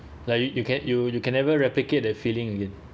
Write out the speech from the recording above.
like you you can you you can never replicate that feeling again